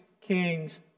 king's